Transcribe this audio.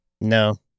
no